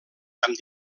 amb